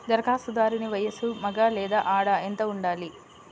ధరఖాస్తుదారుని వయస్సు మగ లేదా ఆడ ఎంత ఉండాలి?